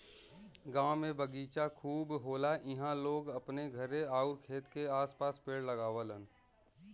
गांव में बगीचा खूब होला इहां लोग अपने घरे आउर खेत के आस पास पेड़ लगावलन